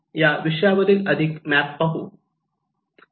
या विषयावरील अधिक मॅप पाहू